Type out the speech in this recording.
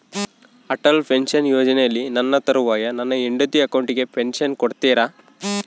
Atal pension ಯೋಜನೆಯಲ್ಲಿ ನನ್ನ ತರುವಾಯ ನನ್ನ ಹೆಂಡತಿ ಅಕೌಂಟಿಗೆ ಪೆನ್ಶನ್ ಕೊಡ್ತೇರಾ?